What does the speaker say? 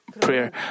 prayer